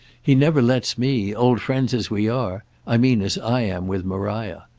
he never lets me old friends as we are i mean as i am with maria.